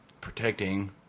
protecting